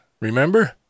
remember